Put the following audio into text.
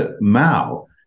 Mao